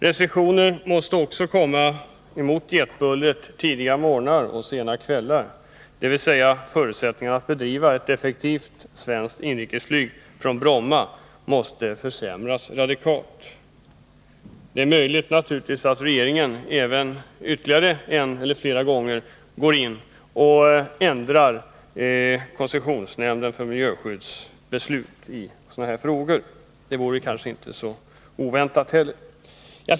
Restriktioner måste Onsdagen den också komma mot jetbullret tidiga morgnar och sena kvällar. Förutsättning — 17 december 1980 arna att bedriva ett effektivt svenskt inrikesflyg från Bromma måste alltså försämras radikalt. Det är naturligtvis möjligt att regeringen ytterligare en eller flera gånger går in och ändrar koncessionsnämndens för miljöskydd beslut i sådana här frågor. Det vore kanske inte oväntat i så fall.